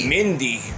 Mindy